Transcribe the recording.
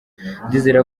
ndizera